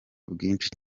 bwinshi